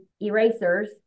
erasers